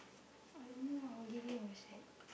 I don't know what holiday as that